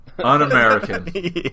un-american